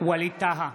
ווליד טאהא,